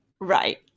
Right